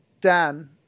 Dan